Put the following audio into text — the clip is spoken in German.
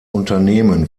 unternehmen